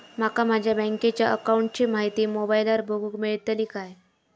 माका माझ्या बँकेच्या अकाऊंटची माहिती मोबाईलार बगुक मेळतली काय?